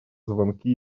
звонки